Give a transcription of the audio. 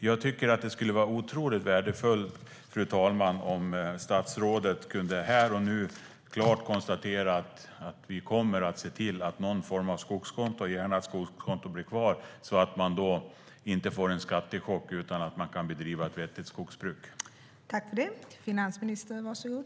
Jag tycker att det skulle vara otroligt värdefullt, fru talman, om statsrådet här och nu klart kunde konstatera att man kommer att se till att någon form av skogskonto blir kvar, så att det inte blir en skattechock och så att ett vettigt skogsbruk kan bedrivas.